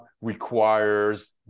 requires